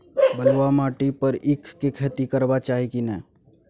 बलुआ माटी पर ईख के खेती करबा चाही की नय?